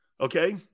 Okay